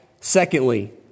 Secondly